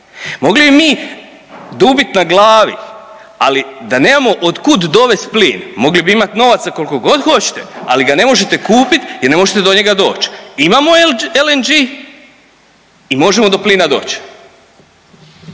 Mogli bi mi dubit na glavi, ali da nemamo od kud dovest plin mogli bi imat novaca koliko god hoćete ali ga ne možete kupiti i ne možete do njega doći. Imamo LNG i možemo do plina doći.